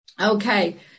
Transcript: Okay